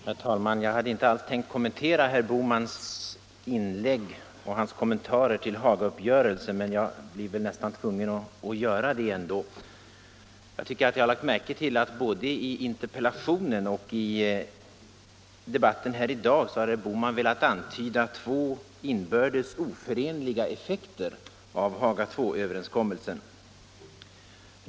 Herr talman! Jag hade inte alls tänkt kommentera herr Bohmans inlägg, men efter hans synpunkter på Hagauppgörelsen blir jag väl nästan tvungen att göra det ändå. Jag tycker mig ha märkt att både i interpellationen och i debatten här i dag har herr Bohman velat antyda två inbördes oförenliga effekter av Haga-Il-överenskommelsen.